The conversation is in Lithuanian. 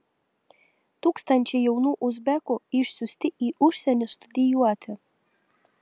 tūkstančiai jaunų uzbekų išsiųsti į užsienį studijuoti